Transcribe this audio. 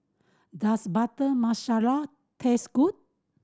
does Butter Masala taste good